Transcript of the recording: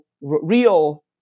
real